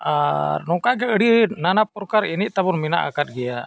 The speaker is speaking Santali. ᱟᱨ ᱱᱚᱝᱠᱟ ᱜᱮ ᱟᱹᱰᱤ ᱱᱟᱱᱟ ᱯᱨᱚᱠᱟᱨ ᱮᱱᱮᱡ ᱛᱟᱵᱚᱱ ᱢᱮᱱᱟᱜ ᱟᱠᱟᱫ ᱜᱮᱭᱟ